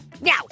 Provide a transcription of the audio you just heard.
now